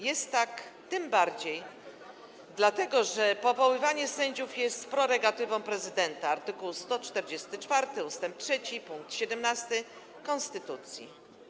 Jest tak tym bardziej dlatego, że powoływanie sędziów jest prerogatywą prezydenta - art. 144 ust. 3 pkt 17 konstytucji.